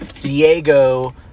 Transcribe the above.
Diego